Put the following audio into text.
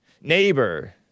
Neighbor